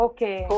Okay